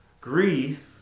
Grief